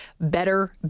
better